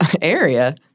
Area